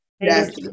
Yes